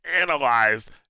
analyzed